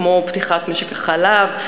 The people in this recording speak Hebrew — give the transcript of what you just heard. כמו פתיחת משק החלב,